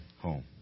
home